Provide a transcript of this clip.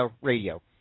Radio